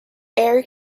air